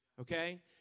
okay